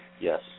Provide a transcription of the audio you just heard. Yes